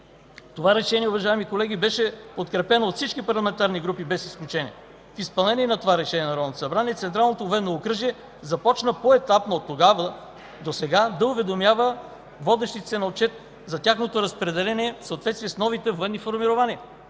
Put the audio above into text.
Това решение, уважаеми колеги, беше подкрепено от всички парламентарни групи без изключение. В изпълнение на това решение на Народното събрание Централното военно окръжие започна поетапно оттогава досега да уведомява водещите се на отчет за тяхното разпределение в съответствие с новите военни формирования.